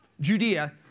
Judea